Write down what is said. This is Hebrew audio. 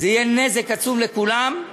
זה יהיה נזק עצום לכולם.